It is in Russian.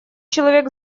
человек